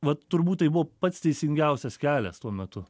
vat turbūt tai buvo pats teisingiausias kelias tuo metu